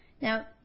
now